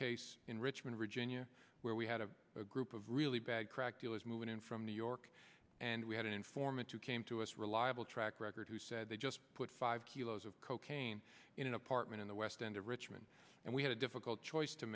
case in richmond virginia where we had a group of really bad crack dealers moving in from new york and we had an informant who came to us reliable track record who said they just put five kilos of cocaine in an apartment in the west end of richmond and we had a difficult choice to